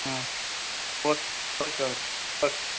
ಹ್ಞೂ okay okay okay okay